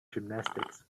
gymnastics